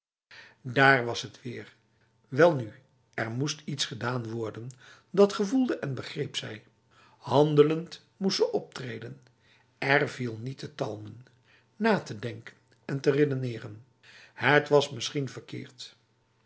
daar was het weer welnu er moest iets gedaan worden dat gevoelde en begreep zij handelend moest ze optreden er viel niet te talmen na te denken en te redeneren het was misschien verkeerd